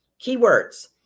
Keywords